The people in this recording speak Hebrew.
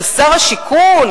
של שר השיכון,